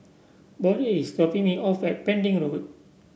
Bode is dropping me off at Pending Road